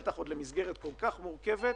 בטח למסגרת כל כך מורכבת,